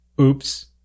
Oops